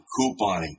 couponing